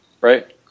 Right